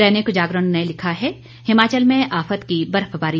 दैनिक जागरण ने लिखा है हिमाचल में आफत की बर्फबारी